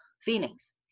feelings